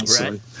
Right